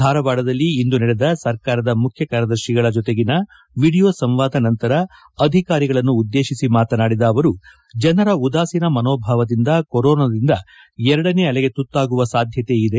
ಧಾರವಾಡದಲ್ಲಿ ಇಂದು ನಡೆದ ಸರ್ಕಾರದ ಮುಖ್ಯ ಕಾರ್ಯದರ್ಶಿಗಳ ಜೊತೆಗಿನ ವಿಡಿಯೋ ಸಂವಾದ ನಂತರ ಅಧಿಕಾರಿಗಳನ್ನು ಉದ್ದೇಶಿಸಿ ಮಾತನಾಡಿದ ಅವರು ಜನರ ಉದಾಸೀನ ಮನೋಭಾವದಿಂದ ಕೊರೋನಾದ ಎರಡನೇ ಅಲೆಗೆ ತುತ್ತಾಗುವ ಸಾಧ್ಯತೆ ಇದೆ